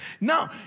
Now